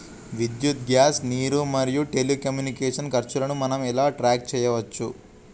విద్యుత్ గ్యాస్ నీరు మరియు టెలికమ్యూనికేషన్ల ఖర్చులను మనం ఎలా ట్రాక్ చేయచ్చు?